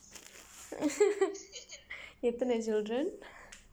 எத்தனை:eththanai children